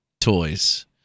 toys